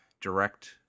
direct